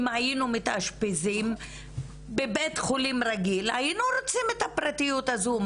אם היינו מתאשפזים בבית חולים רגיל - היינו רוצים את הפרטיות הזו.